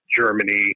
Germany